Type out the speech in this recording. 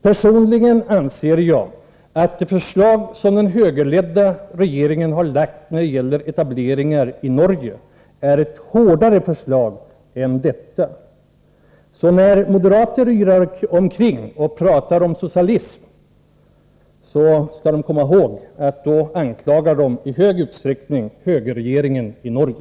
Personligen anser jag att det förslag som den högerledda regeringen i Norge har lagt fram när det gäller etableringar där är ett hårdare förslag än det vi nu diskuterar. När moderater yrar om socialism skall de komma ihåg att de då i stor utsträckning anklagar högerregeringen i Norge.